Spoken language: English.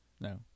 No